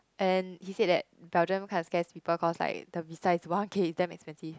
and he said that Belgium kinda scares people cause the visa is like one k is damn expensive